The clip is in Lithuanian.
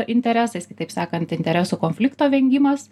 interesais kitaip sakant interesų konflikto vengimas